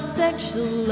sexual